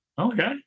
Okay